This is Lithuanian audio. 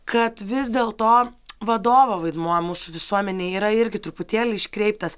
kad vis dėlto vadovo vaidmuo mūsų visuomenėj yra irgi truputėlį iškreiptas